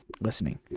listening